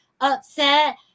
upset